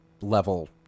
level